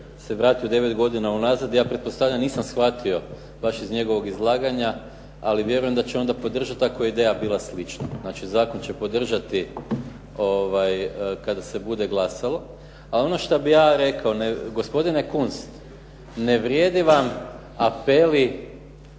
se vratio 9 godina unazad, ja pretpostavljam, nisam shvatio baš iz njegovog izlaganja, ali vjerujem da će onda podržati ako je ideja bila slična. Znači, zakon će podržati kada se bude glasalo. Ali ono što bih ja rekao, gospodine Kunst ne vrijede vam apeli,